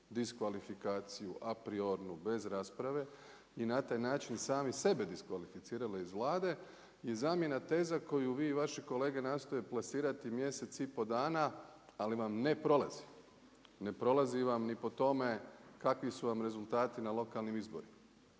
diskvalifikaciju, a priornu, bez rasprave i na taj način sami sebe diskvalificirali iz Vlade je zamjena teza koju vi i vaše kolege nastoje plasirati mjesec i pol dana ali vam ne prolazi. Ne prolazi vam ni po tome kakvi su vam rezultati na lokalnim izborima.